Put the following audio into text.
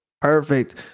Perfect